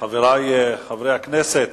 חברי חברי הכנסת.